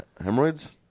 Hemorrhoids